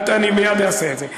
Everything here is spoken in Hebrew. אני מייד אעשה את זה.